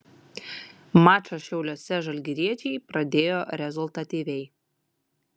mačą šiauliuose žalgiriečiai pradėjo rezultatyviai